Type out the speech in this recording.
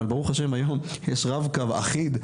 אבל ברוך השם היום יש רב-קו אחיד,